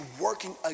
working